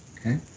Okay